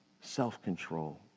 self-control